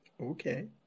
Okay